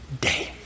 day